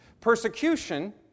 persecution